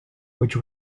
which